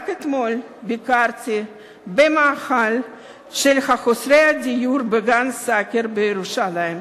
רק אתמול ביקרתי במאהל של מחוסרי הדיור בגן-סאקר בירושלים.